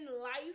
life